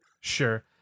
Sure